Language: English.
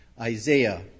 Isaiah